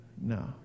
No